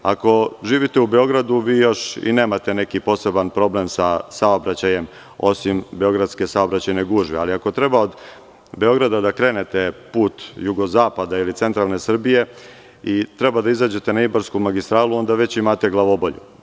Ako živite u Beogradu vi još i nemate neki poseban problem sa saobraćajem osim beogradske saobraćajne gužve, ali ako treba od Beograda da krenete put jugozapada ili Centralne Srbije i treba da izađete na Ibarsku magistralu onda već imate glavobolju.